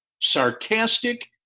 sarcastic